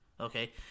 okay